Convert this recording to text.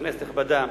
כנסת נכבדה,